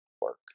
work